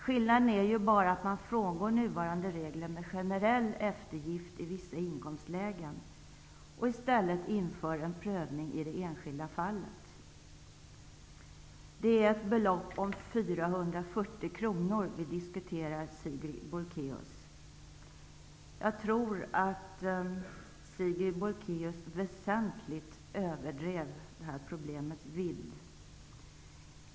Skillnaden är ju bara att man frångår nuvarande regler med generell eftergift i vissa inkomstlägen och i stället inför en prövning i det enskilda fallet. Det är ett belopp om 440 kr som vi diskuterar, Sigrid Bolkéus. Jag tror att Sigrid Bolkéus väsentligt överdrev det här problemets vidd.